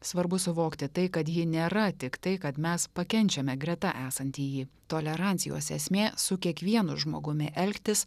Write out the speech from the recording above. svarbu suvokti tai kad ji nėra tiktai kad mes pakenčiame greta esantįjį tolerancijos esmė su kiekvienu žmogumi elgtis